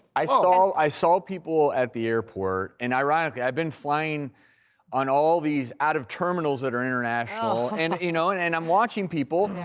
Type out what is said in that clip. i saw i saw people at the airport and ironically, i've been flying on all these out of terminals that are and international. and you know, and and i'm watching people.